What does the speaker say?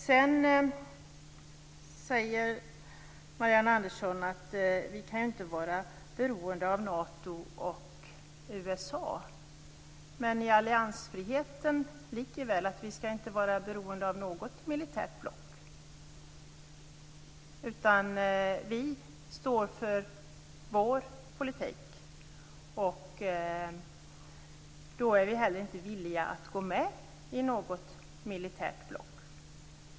Sedan säger Marianne Andersson att vi inte kan vara beroende av Nato och USA. Men i alliansfriheten ligger väl att vi inte skall vara beroende av något militärt block utan att vi skall stå för vår politik? Och då är vi inte heller villiga att gå med i något militärt block.